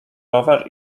rower